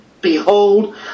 behold